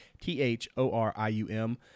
T-H-O-R-I-U-M